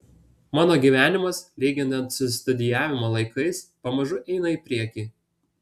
mano gyvenimas lyginant su studijavimo laikais pamažu eina į priekį